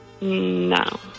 No